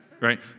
right